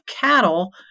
cattle